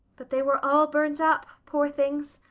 but they were all burnt up, poor things.